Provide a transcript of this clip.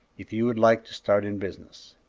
if you would like to start in business.